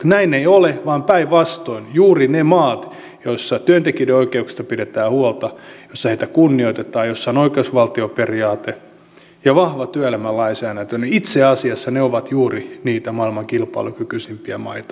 näin ei ole vaan päinvastoin juuri ne maat joissa työntekijöiden oikeuksista pidetään huolta joissa heitä kunnioitetaan joissa on oikeusvaltioperiaate ja vahva työelämän lainsäädäntö ovat itse asiassa juuri niitä maailman kilpailukykyisimpiä maita